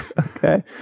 Okay